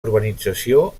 urbanització